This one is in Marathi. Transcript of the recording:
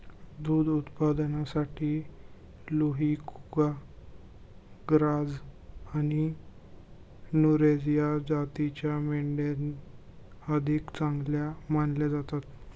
दुध उत्पादनासाठी लुही, कुका, ग्राझ आणि नुरेझ या जातींच्या मेंढ्या अधिक चांगल्या मानल्या जातात